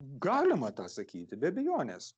galima tą sakyti be abejonės